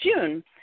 June